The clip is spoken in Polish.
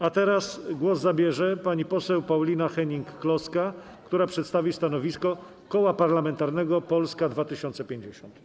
A teraz głos zabierze pani poseł Paulina Hennig-Kloska, która przedstawi stanowisko Koła Parlamentarnego Polska 2050.